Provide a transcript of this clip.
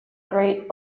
great